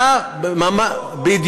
באה, ממש לא, זה ממש לא אותו חוק, יואב.